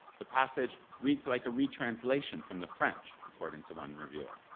the passage reads like a re-translation from the french, according to one reviewer.